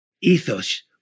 Ethos